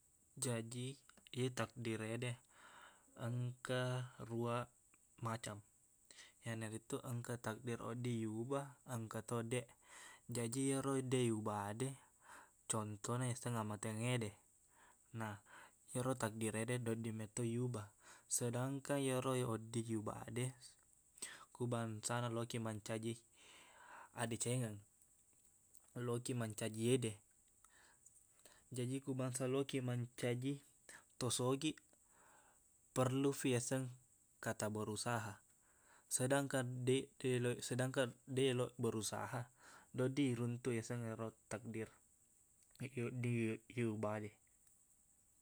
Jaji, iye takdir ede, engka ruaq macam. Iyanaritu, engka takdir wedding iyubah, engkato deq. Jaji, ero deq iyubah de, contohna yaseng ammateangngede. Nah, ero takdir ede, deq wedding metto iyubah. Sedangkang iyero ya wedding iyubah de, ku bangsana lokiq mancaji addecengeng, lokkiq mancaji ede. Jaji, ku bangsa lokiq mancaji to sogiq, perlufi yaseng kata berusaha. Sedangkan deq taelo- sedangkan deq eloq berusaha, deq wedding iruntuk yaseng ero takdir iye wedding iyubah de.